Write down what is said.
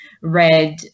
read